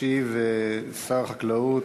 ישיב שר החקלאות.